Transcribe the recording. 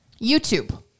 YouTube